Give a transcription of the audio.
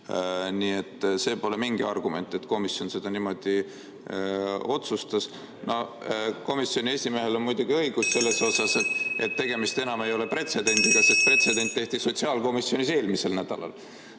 Nii et see pole mingi argument, et komisjon niimoodi otsustas. Komisjoni esimehel on muidugi õigus selles osas, et tegemist enam ei ole pretsedendiga, sest pretsedent tehti sotsiaalkomisjonis eelmisel nädalal.